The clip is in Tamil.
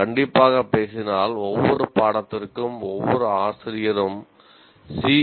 கண்டிப்பாகப் பேசினால் ஒவ்வொரு பாடத்திற்கும் ஒவ்வொரு ஆசிரியரும் சி